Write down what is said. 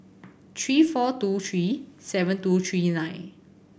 three four two three seven two three nine